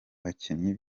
bakinnyi